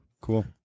Cool